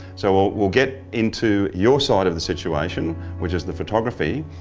so we'll get into your side of the situation, which is the photography.